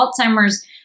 Alzheimer's